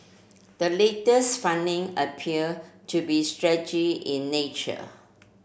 the latest funding appear to be strategy in nature